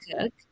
cook